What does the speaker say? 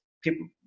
people